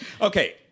Okay